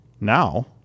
Now